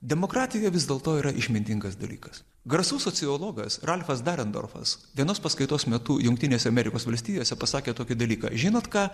demokratija vis dėlto yra išmintingas dalykas garsus sociologas ralfas darendorfas vienos paskaitos metu jungtinėse amerikos valstijose pasakė tokį dalyką žinot ką